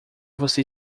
você